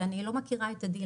ואיני מכירה את עדי,